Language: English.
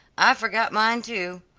i forgot mine, too.